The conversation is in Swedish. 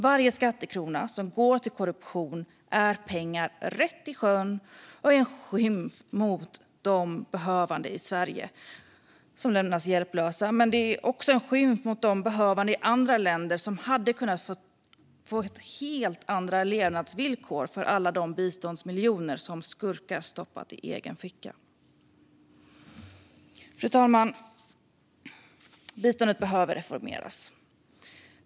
Varje skattekrona som går till korruption är pengar rätt i sjön och en skymf både mot de behövande i Sverige som lämnas hjälplösa och mot de behövande i andra länder som hade kunnat få helt andra levnadsvillkor för alla de biståndsmiljoner som skurkar stoppat i egen ficka. Fru talman! Biståndet behöver reformeras.